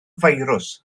firws